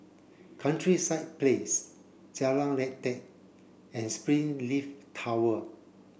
Countryside Place Jalan Lateh and Springleaf Tower